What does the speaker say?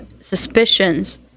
suspicions